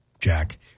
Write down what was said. Jack